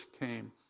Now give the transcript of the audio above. came